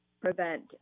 prevent